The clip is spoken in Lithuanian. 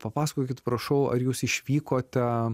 papasakokit prašau ar jūs išvykote